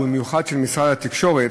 ובמיוחד של משרד התקשורת,